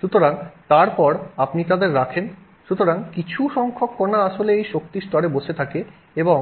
সুতরাং তারপর আপনি তাদের রাখেন সুতরাং কিছু সংখ্যক কণা আসলে এই শক্তির স্তরে বসে থাকে এবং